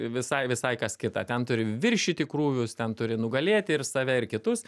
visai visai kas kita ten turi viršyti krūvius ten turi nugalėti ir save ir kitus